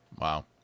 Wow